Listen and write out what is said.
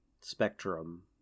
spectrum